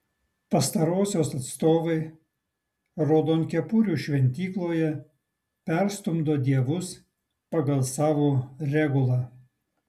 pastarosios atstovai raudonkepurių šventykloje perstumdo dievus pagal savo regulą